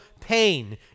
pain